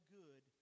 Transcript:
good